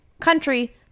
country